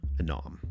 Anom